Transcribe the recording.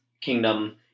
Kingdom